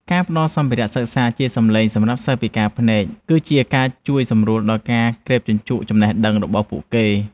ការផ្តល់សម្ភារៈសិក្សាជាសម្លេងសម្រាប់សិស្សពិការភ្នែក គឺជាការជួយសម្រួលដល់ការក្រេបជញ្ជក់ចំណេះដឹងរបស់ពួកគេ។